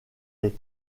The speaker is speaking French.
les